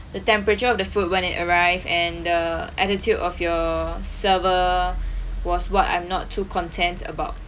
the temperature of the food when it arrived and the attitude of your server was what I'm not too content about